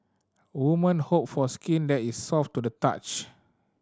woman hope for skin that is soft to the touch